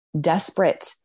desperate